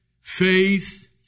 faith